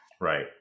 Right